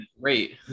Great